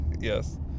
Yes